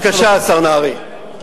בבקשה, השר נהרי.